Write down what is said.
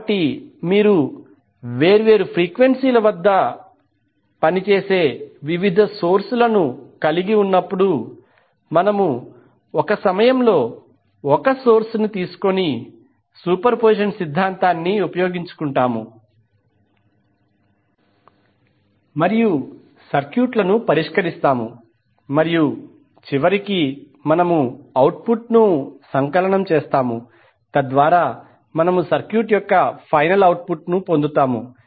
కాబట్టి మీరు వేర్వేరు ఫ్రీక్వెన్సీ ల వద్ద పనిచేసే వివిధ సోర్స్ ను కలిగి ఉన్నప్పుడు మనము ఒక సమయంలో ఒకే సోర్స్ ని తీసుకొని సూపర్పొజిషన్ సిద్ధాంతాన్ని ఉపయోగించుకుంటాము మరియు సర్క్యూట్ను పరిష్కరిస్తాము మరియు చివరికి మనము అవుట్పుట్ను సంకలనం చేస్తాము తద్వారా మనము సర్క్యూట్ యొక్క ఫైనల్ అవుట్ పుట్ ను పొందుతాము